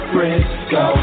Frisco